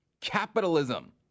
capitalism